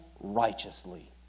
righteously